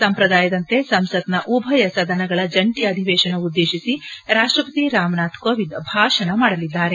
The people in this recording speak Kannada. ಸಂಪ್ರದಾಯದಂತೆ ಸಂಸತ್ನ ಉಭಯ ಸದನಗಳ ಜಂಟಿ ಅಧಿವೇಶನ ಉದ್ದೇಶಿಸಿ ರಾಷ್ಟಪತಿ ರಾಮನಾಥ್ ಕೋವಿಂದ್ ಭಾಷಣ ಮಾಡಲಿದ್ದಾರೆ